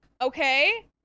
Okay